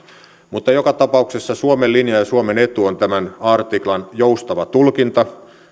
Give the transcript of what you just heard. mutta joka tapauksessa suomen linja ja suomen etu on tämän artiklan joustava tulkinta